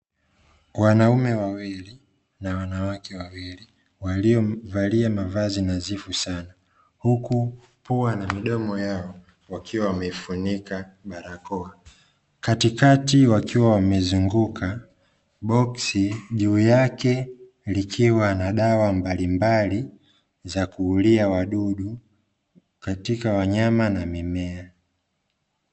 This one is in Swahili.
Wanaume wawili na wanawake wawili waliovalia mavazi nadhifu sana, huku pua na midomo yao wakiwa wameifunika na barakoa, katikati wakiwa wamezunguka boksi juu yake likiwa na dawa mbalimbali za kuulia wadudu katika wanyama na mimea.